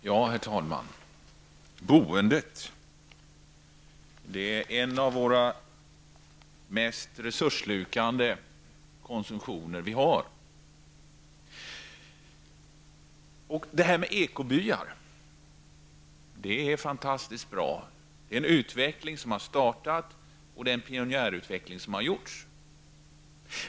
Herr talman! Boendet är en av våra mest resursslukande konsumtioner. Det här med ekobyar är fantastiskt bra -- en utveckling som har startat och en pionjärsatsning som har gjorts.